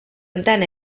honetan